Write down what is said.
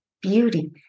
beauty